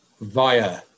via